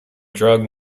drug